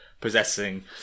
possessing